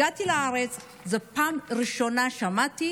הגעתי לארץ ובפעם הראשונה שמעתי